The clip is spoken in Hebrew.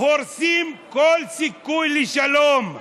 הורסים כל סיכוי לשלום.